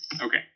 Okay